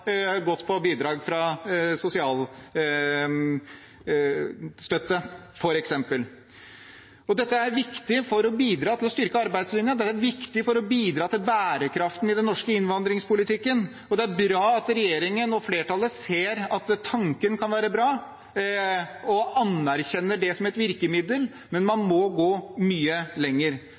på sosialstøtte, f.eks. Dette er viktig for å bidra til å styrke arbeidslinja, og det er viktig for å bidra til bærekraften i den norske innvandringspolitikken. Det er bra at regjeringen og flertallet ser at tanken kan være bra, og anerkjenner det som et virkemiddel, men man må gå mye lenger.